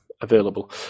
available